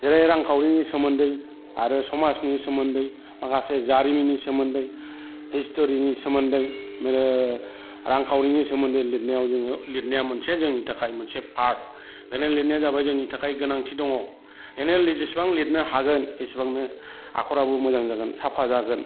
जेरै रांखावरिनि सोमोन्दै आरो समाजनि सोमोन्दै माखासे जारिमिननि सोमोन्दै हिस्ट'रिनि सोमोन्दै रांखावरिनि सोमोन्दै लिरनाया मोनसे जोंनि थाखाय मोनसे आर्ट बेनिखायनो लिरनाया जाबाय जोंनि थाखाय गोनांथि दङ बेनिखायनो जेसेबां लिरनो हागोन एसेबांनो आखराबो मोजां जागोन साफा जागोन